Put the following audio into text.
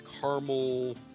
caramel